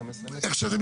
איך קראת לזה?